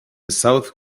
south